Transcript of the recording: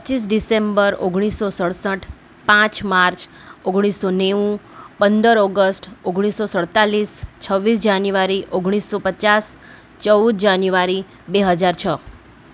પચીસ ડીસેમ્બર ઓગણીસસો સડસઠ પાંચ માર્ચ ઓગણીસસો નેવું પંદર ઓગસ્ટ ઓગણીસસો સુડતાલીસ છવ્વીસ જાન્યુઆરી ઓગણીસસો પચાસ ચૌદ જાન્યુઆરી બે હજાર છ